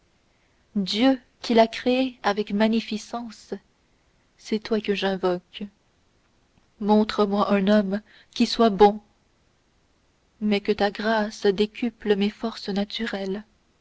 dieu qui l'as créé avec magnificence c'est toi que j'invoque montre-moi un homme qui soit bon mais que ta grâce décuple mes forces naturelles